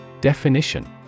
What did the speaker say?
Definition